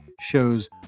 shows